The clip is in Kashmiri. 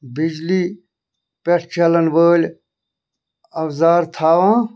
بجلی پٮ۪ٹھ چَلن وٲلۍ اَوزار تھاوان